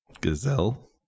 Gazelle